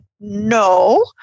no